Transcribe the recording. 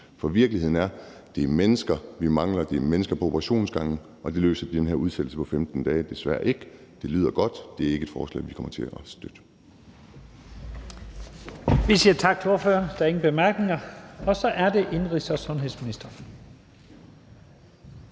er mennesker, vi mangler. Det er mennesker på operationsgangene, og det løser den her udsættelse på 15 dage desværre ikke. Det lyder godt. Det er ikke et forslag, vi kommer til at støtte.